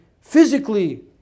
physically